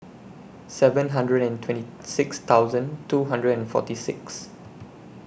seven hundred and twenty six thousand two hundred and forty six